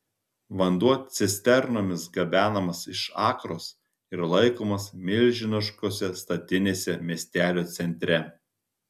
vanduo cisternomis gabenamas iš akros ir laikomas milžiniškose statinėse miestelio centre